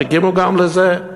תקימו גם לזה.